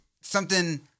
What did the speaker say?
something-